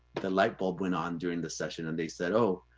the light bulb went on during the session, and they said, oh,